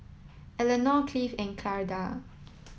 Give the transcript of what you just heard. Elenor Cleave and Charla